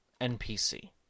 NPC